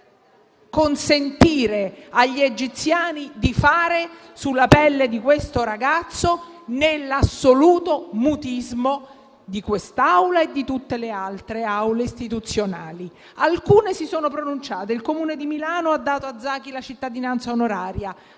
consentire agli egiziani di fare sulla pelle di quel ragazzo nell'assoluto mutismo di quest'Aula e di tutte le altre aule istituzionali. Alcune si sono pronunciate: il Comune di Milano ha dato a Zaki la cittadinanza onoraria,